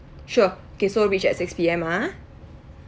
sure okay so reach at six P_M ah